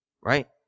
right